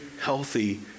healthy